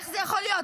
איך זה יכול להיות?